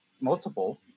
Multiple